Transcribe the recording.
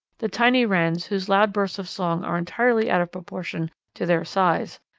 the tiny wrens, whose loud bursts of song are entirely out of proportion to their size,